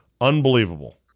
unbelievable